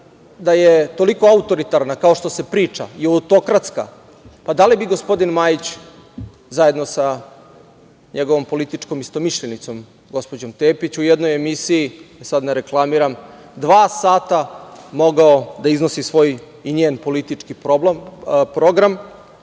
da je toliko autoritarna kao što se priča i autokratska, pa da li bi gospodin Majić zajedno sa njegovom političkom istomišljenicom, gospođom Tepić u jednoj emisiji, da sad ne reklamiram, dva sata mogao da iznosi svoj i njen politički program